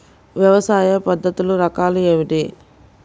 వ్యవసాయ పద్ధతులు రకాలు ఏమిటి?